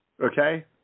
Okay